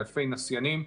לאלפי נסיינים.